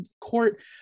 court